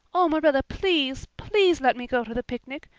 oh, marilla, please, please, let me go to the picnic.